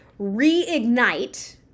reignite